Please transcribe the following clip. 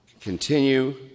continue